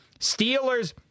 Steelers—